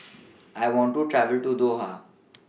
I want to travel to Doha